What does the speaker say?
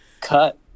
cut